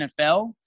NFL